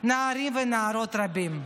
ונערים ונערות רבים.